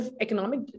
economic